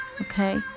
Okay